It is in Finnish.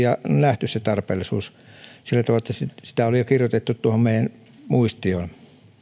ja nähty se tarpeellisuus sillä tavalla että siitä on jo kirjoitettu tuohon meidän muistioomme